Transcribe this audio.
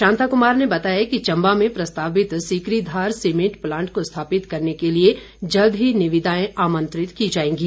शांता कुमार ने बताया कि चम्बा में प्रस्तावित सिकरीधार सीमेंट प्लांट को स्थापित करने के लिए जल्द ही निविदाएं आमंत्रित की जाएंगी